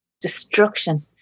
destruction